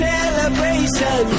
Celebration